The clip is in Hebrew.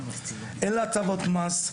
אין לה הטבות מס,